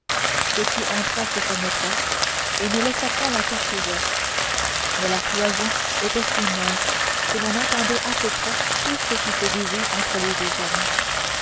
ketty entra chez sa maîtresse et ne laissa point la porte ouverte mais la cloison était si mince que l'on entendait à peu près tout ce qui se disait entre les deux femmes